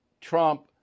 Trump